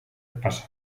pasa